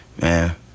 Man